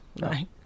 Right